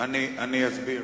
אני אסביר.